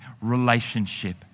relationship